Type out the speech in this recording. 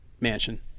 mansion